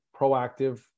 proactive